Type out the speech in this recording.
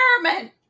experiment